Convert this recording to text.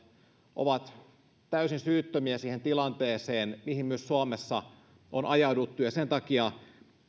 ovat täysin syyttömiä siihen tilanteeseen mihin myös suomessa on ajauduttu ja sen takia